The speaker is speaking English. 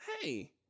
hey